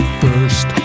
first